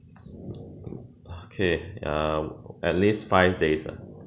okay err at least five days ah